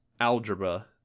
algebra